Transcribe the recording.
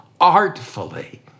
artfully